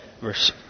verse